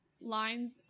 lines